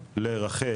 לרחל,